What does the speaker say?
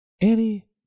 Annie